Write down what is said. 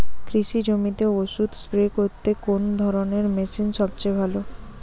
কৃষি জমিতে ওষুধ স্প্রে করতে কোন ধরণের মেশিন সবচেয়ে ভালো?